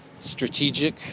strategic